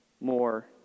more